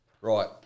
Right